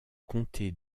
comté